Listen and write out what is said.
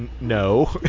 No